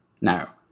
Now